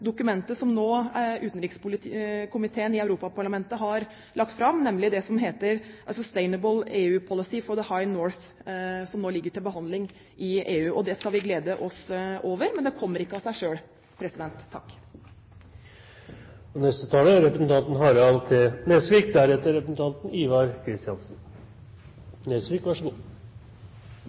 dokumentet som utenrikskomiteen i Europaparlamentet har lagt fram, nemlig det som heter «A sustainable EU Policy for the High North», som nå ligger til behandling i EU. Det skal vi glede oss over, men det kommer ikke av seg